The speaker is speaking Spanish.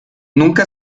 nunca